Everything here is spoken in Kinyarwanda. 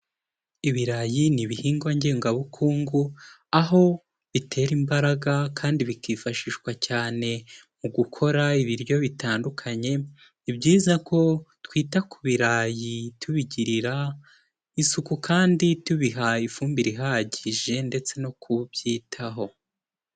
Ibirayi ni ibihingwa ngengabukungu aho bitera imbaraga kandi bikifashishwa cyane mu gukora ibiryo bitandukanye, ni byiza ko twita ku birarayi tubigirira isuku kandi tubihaye ifumbire ihagije ndetse no kubyitaho.